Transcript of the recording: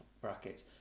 bracket